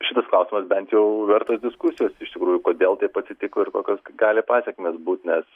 šitas klausimas bent jau vertas diskusijos iš tikrųjų kodėl taip atsitiko ir kokios gali pasekmės būt nes